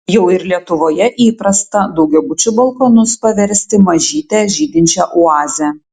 jau ir lietuvoje įprasta daugiabučių balkonus paversti mažyte žydinčia oaze